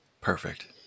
Perfect